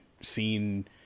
seen